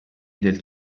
del